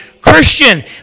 Christian